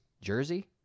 Jersey